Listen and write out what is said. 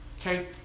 Okay